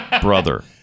brother